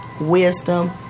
Wisdom